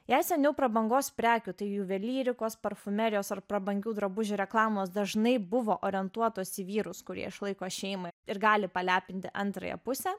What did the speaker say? jei seniau prabangos prekių tai juvelyrikos parfumerijos ar prabangių drabužių reklamos dažnai buvo orientuotos į vyrus kurie išlaiko šeimą ir gali palepinti antrąją pusę